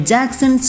Jackson